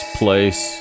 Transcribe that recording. place